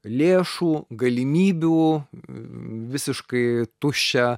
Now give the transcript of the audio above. lėšų galimybių visiškai tuščią